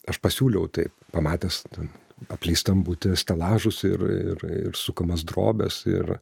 aš pasiūliau taip pamatęs ten apleistam būti stelažus ir ir ir sukamas drobės ir